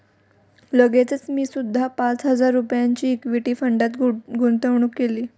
लगेचच मी सुद्धा पाच हजार रुपयांची इक्विटी फंडात गुंतवणूक केली